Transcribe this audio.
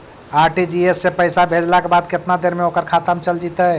RTGS से पैसा भेजला के बाद केतना देर मे ओकर खाता मे चल जितै?